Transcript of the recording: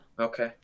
Okay